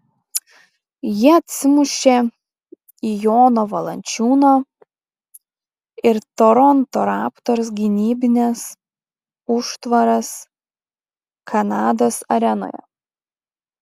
jie atsimušė į jono valančiūno ir toronto raptors gynybines užtvaras kanados arenoje